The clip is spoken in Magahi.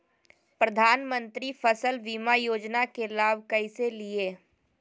प्रधानमंत्री फसल बीमा योजना के लाभ कैसे लिये?